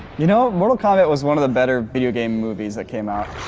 you know mortal kombat was one of the better video game movies that came out